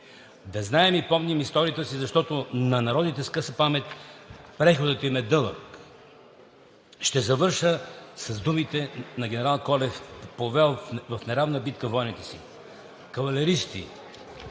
Да знаем и помним историята си, защото на народите с къса памет преходът им е дълъг. Ще завърша с думите на генерал Колев, повел в неравна битка воѝните си: „Кавалеристи,